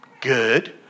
good